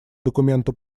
документу